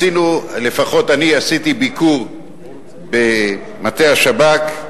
לפחות אני עשיתי ביקור במטה השב"כ,